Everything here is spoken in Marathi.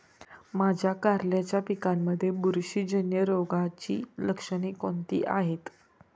माझ्या कारल्याच्या पिकामध्ये बुरशीजन्य रोगाची लक्षणे कोणती आहेत?